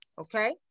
Okay